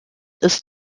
ist